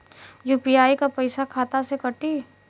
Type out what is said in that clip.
UPI क पैसा खाता से कटी?